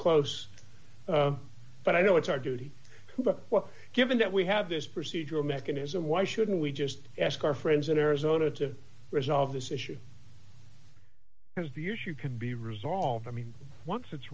close but i know it's our duty well given that we have this procedural mechanism why shouldn't we just ask our friends in arizona to resolve this issue his view issue can be resolved i mean once it's